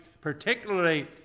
particularly